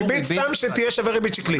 ריבית סתם שתהיה שווה ריבית שקלית.